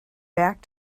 back